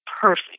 perfect